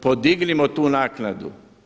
Podignimo tu naknadu.